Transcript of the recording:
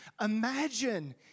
Imagine